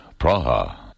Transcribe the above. Praha